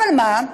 אבל מה?